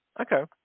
Okay